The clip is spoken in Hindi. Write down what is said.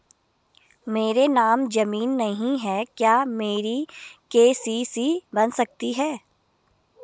मेरे नाम ज़मीन नहीं है क्या मेरी के.सी.सी बन सकती है?